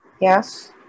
Yes